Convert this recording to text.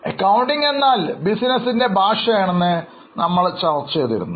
accounting എന്നാൽ ബിസിനസിൻറെ ഭാഷയാണെന്ന് നമ്മൾ ചർച്ച ചെയ്തിരുന്നു